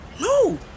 No